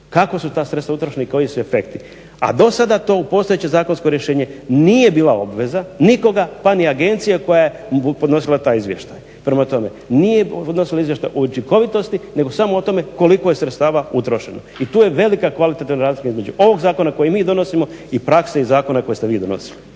kako su ta sredstva utrošena i koji su efekti, a do sada to u postojeće zakonsko rješenje nije bila obveza nikoga, pa ni agencije koja je podnosila taj izvještaj. Prema tome, nije podnosila izvještaj o učinkovitosti, nego samo o tome koliko je sredstava utrošeno i tu je velika kvalitativna razlika između ovog zakona koji mi donosimo i prakse i zakona koje ste vi donosili.